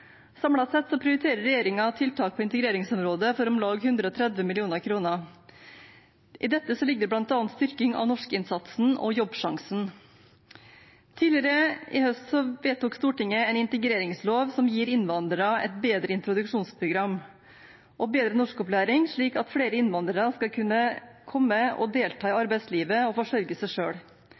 sett prioriterer regjeringen tiltak på integreringsområdet for om lag 130 mill. kr. I dette ligger bl.a. styrking av norskinnsatsen og Jobbsjansen. Tidligere i høst vedtok Stortinget en lov som gir innvandrere et bedre introduksjonsprogram og bedre norskopplæring, slik at flere innvandrere skal kunne delta i arbeidslivet og forsørge seg